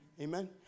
Amen